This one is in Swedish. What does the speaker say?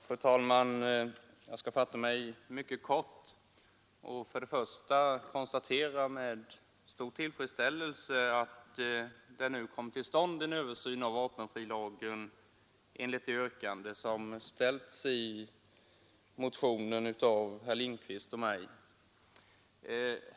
Fru talman! Jag skall fatta mig mycket kort. Det är med stor tillfredsställelse jag konstaterar att det nu kommer till stånd en översyn av vapenfrilagen enligt det yrkande som ställts i motionen av herr Lindkvist och mig.